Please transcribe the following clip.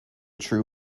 true